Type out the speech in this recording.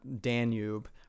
danube